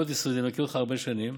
מאוד יסודי, אני מכיר אותך הרבה שנים,